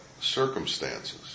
circumstances